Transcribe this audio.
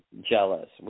jealous